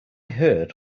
heard